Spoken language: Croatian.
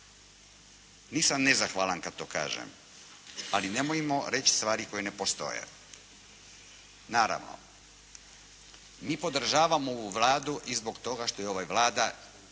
Nisam nezahvalan kad to kažem, ali nemojmo reći stvari koje ne postoje. Naravno mi podržavamo ovu Vladu i zbog toga što je ova Vlada